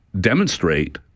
demonstrate